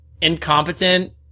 incompetent